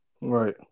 right